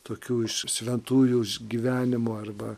tokių iš šventųjų gyvenimo arba